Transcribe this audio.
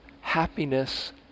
happiness